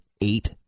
eight